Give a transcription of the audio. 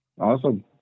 Awesome